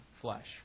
flesh